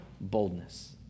boldness